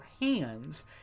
hands